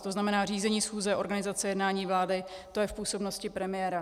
To znamená řízení schůze, organizace jednání vlády, to je v působnosti premiéra.